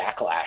backlash